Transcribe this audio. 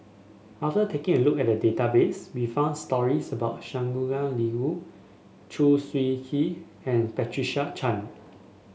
after taking a look at the database we found stories about Shangguan Liuyun Choo Seng Quee and Patricia Chan